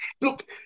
Look